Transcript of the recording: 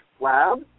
lab